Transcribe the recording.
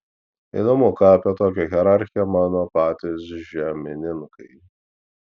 įdomu ką apie tokią hierarchiją mano patys žemininkai